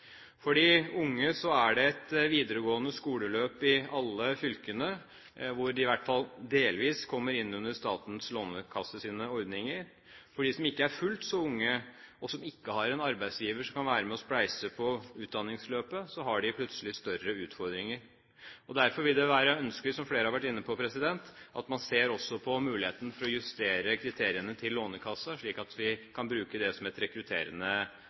For de unge er det et videregående skoleløp i alle fylkene hvor de i hvert fall delvis kommer inn under Statens lånekasses ordninger. De som ikke er fullt så unge, og som ikke har en arbeidsgiver som kan være med på å spleise på utdanningsløpet, har plutselig større utfordringer. Derfor vil det være ønskelig, som flere har vært inne på, at man også ser på muligheten for å justere kriteriene til Lånekassen, slik at vi kan bruke det som et rekrutterende